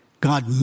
God